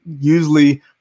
usually